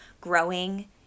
growing